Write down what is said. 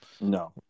no